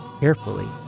carefully